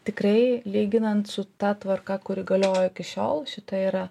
tikrai lyginant su ta tvarka kuri galiojo iki šiol šita yra